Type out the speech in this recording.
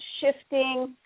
shifting